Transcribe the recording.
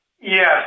Yes